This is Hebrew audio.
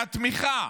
והתמיכה